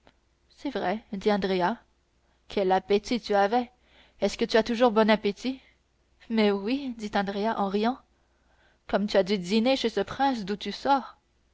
c'est vrai dit andrea quel appétit tu avais est-ce que tu as toujours bon appétit mais oui dit andrea en riant comme tu as dû dîner chez ce prince d'où tu sors